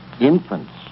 Infants